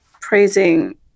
praising